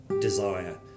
desire